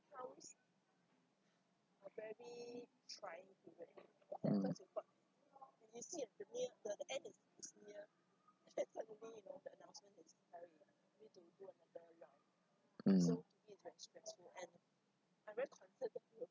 mm mm